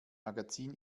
magazin